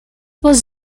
was